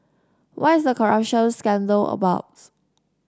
what is the corruption scandal about